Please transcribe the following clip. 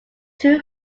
too